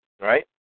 right